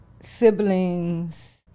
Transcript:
siblings